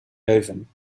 leuven